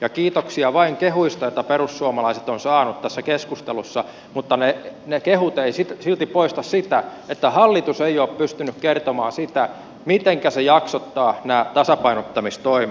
ja kiitoksia vain kehuista joita perussuomalaiset on saanut tässä keskustelussa mutta ne kehut eivät silti poista sitä että hallitus ei ole pystynyt kertomaan mitenkä se jaksottaa nämä tasapainottamistoimet